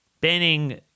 Banning